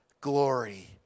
glory